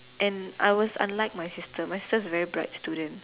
and I was unlike my sister my sister was a very bright student